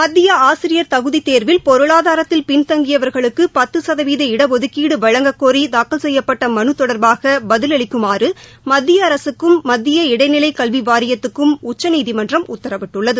மத்திய ஆசிரியர் தகுதி தேர்வில் பொருளாதாரத்தில் பின்தங்கியவர்களுக்கு பத்து சதவீத இடஒதுக்கீடு வழங்கக்கோரி தூக்கல் செய்யப்பட்ட மனு தொடர்பாக பதிலளிக்குமாறு மத்திய அரசுக்கும் மத்திய இடைநிலை கல்வி வாரியத்துக்கும் உச்சநீதிமன்றம் உத்தரவிட்டுள்ளது